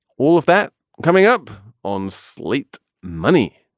all of that coming up on slate money.